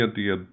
det